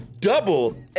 Double